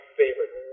favorite